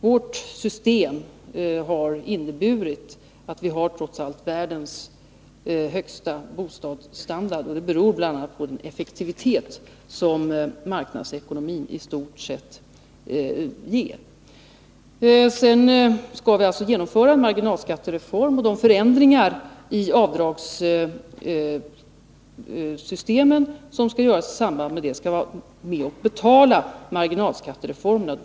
Vårt system har ändå inneburit att vi trots allt har världens högsta bostadsstandard. Det beror bl.a. på den effektivitet som marknadsekonomin i stort sett ger. Vi skall genomföra en marginalskattereform. De förändringar i avdragssystemen som skall göras i samband härmed skall bidra till att betala marginalskattereformen.